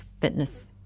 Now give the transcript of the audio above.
fitness